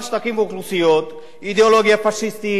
שטחים ואוכלוסיות היא אידיאולוגיה פאשיסטית,